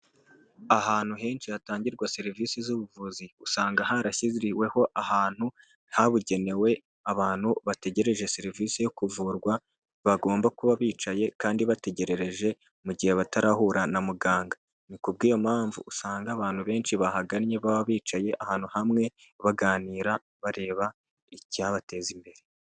Ahantu henshi hatangirwa serivise z'ubuvuzi usanga harashyiriweho ahantu habugenewe abantu bategereje serivise yo kuvurwa bagomba kuba bicaye kandi bategereje mu gihe batarahura na muganga, ni ku bw'iyo mpamvu usanga abantu benshi bahagannye baba bicaye ahantu hamwe baganira bareba icyabateza imbere.